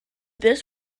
this